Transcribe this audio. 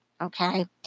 Okay